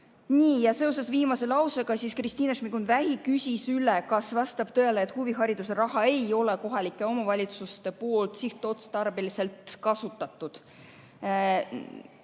Nii. Seoses viimase lausega küsis Kristina Šmigun-Vähi üle, kas vastab tõele, et huvihariduse raha ei ole kohalikel omavalitsustel sihtotstarbeliselt kasutatud.